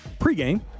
pregame